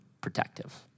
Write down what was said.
protective